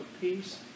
peace